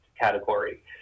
category